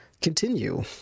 Continue